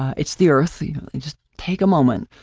it's the earth you just take a moment.